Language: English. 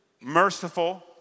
merciful